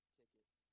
tickets